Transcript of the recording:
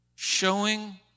Showing